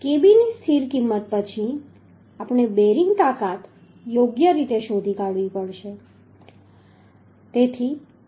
kb ની સ્થિર કિંમત પછી આપણે બેરિંગ તાકાત યોગ્ય રીતે શોધી કાઢવી પડશે